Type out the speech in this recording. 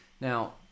Now